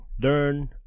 learn